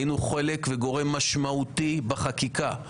היינו חלק וגורם משמעותי בחקיקה,